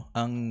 ang